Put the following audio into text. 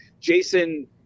Jason